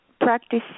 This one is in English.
practice